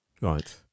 Right